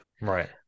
Right